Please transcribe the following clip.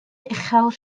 uchel